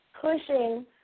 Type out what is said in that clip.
pushing